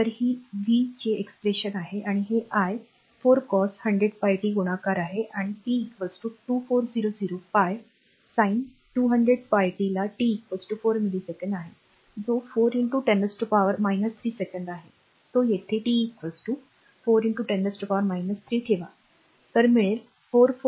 तर ही व्ही चे एक्सप्रेशनअभिव्यक्ती आहे आणि हे आय 4 cos 100πt गुणाकार आहे आणि p 2400πsin 200πt ला t 4 मिलीसेकंद आहे जो 4 10 3 सेकंद आहे तो येथे t 4 10 3 ठेवा तो मिळेल 4431